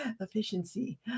efficiency